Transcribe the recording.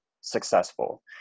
successful